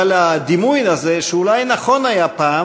אבל הדימוי הזה, שאולי היה נכון פעם,